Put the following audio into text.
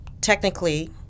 technically